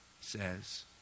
says